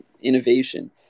innovation